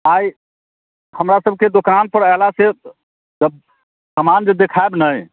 आइ हमरा सभकेँ दोकान पर अयला से सभ समान जे देखायब ने